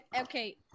Okay